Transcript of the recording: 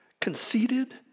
conceited